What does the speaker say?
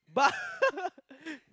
but